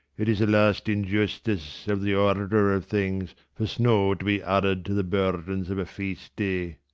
it is the last injustice of the order of things for snow to be added to the burdens of a feast day.